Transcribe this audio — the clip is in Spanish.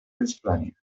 pensilvania